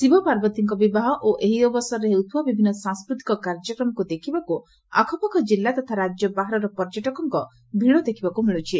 ଶିବ ପାର୍ବତୀଙ୍କ ବିବାହ ଓ ଏହି ଅବସରରେ ହେଉଥିବା ବିଭିନ୍ ସାଂସ୍କୃତିକ କାର୍ଯ୍ୟକ୍ରମକୁ ଦେଖିବାକୁ ଆଖପାଖ ଜିଲ୍ଲା ତଥା ରାଜ୍ୟ ବାହାରର ପର୍ଯ୍ୟଟକଙ୍କ ଭିଡ ଦେଖବାକୁ ମିଳୃଛି